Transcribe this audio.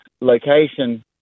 location